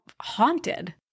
haunted